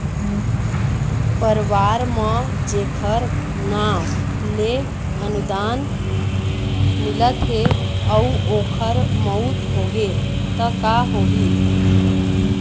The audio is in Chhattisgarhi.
परवार म जेखर नांव ले अनुदान मिलत हे अउ ओखर मउत होगे त का होही?